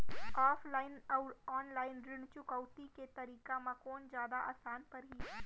Offline अऊ online ऋण चुकौती के तरीका म कोन जादा आसान परही?